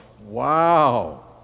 Wow